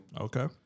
Okay